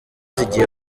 zigiye